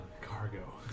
cargo